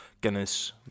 Guinness